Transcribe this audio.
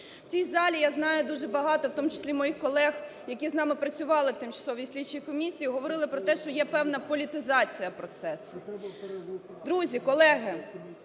В цій залі, я знаю, дуже багато, у тому числі моїх колег, які з нами працювали в тимчасовій слідчій комісії, говорили про те, що є певна політизація процесу. Друзі, колеги,